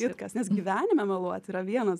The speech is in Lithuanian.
kitkas nes gyvenime meluoti yra vienas